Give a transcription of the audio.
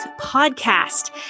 podcast